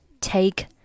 Take